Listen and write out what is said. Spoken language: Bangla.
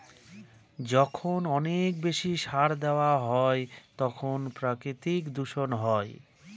যখন অনেক বেশি সার দেওয়া হয় তখন প্রাকৃতিক দূষণ হয়